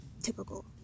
Typical